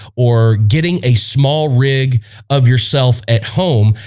or getting a small rig of yourself at home.